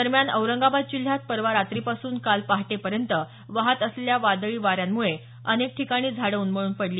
दरम्यान औरंगाबाद जिल्ह्यात परवा रात्रीपासून काल पहाटेपर्यंत वाहत असलेल्या वादळी वाऱ्यांमुळे अनेक ठिकाणी झाडं उन्मळून पडली